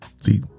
See